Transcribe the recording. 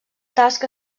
tasca